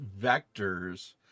vectors